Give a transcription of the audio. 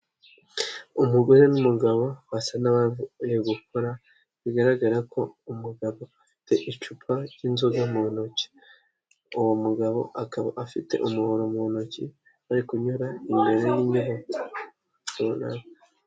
Umugore n'umugabo basa n'aba gukora bigaragara ko umugabo afite icupa ry'inzoga mu ntoki, uwo mugabo akaba afite umuhoro mu ntoki ari kunyura imbere y'inko.